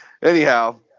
Anyhow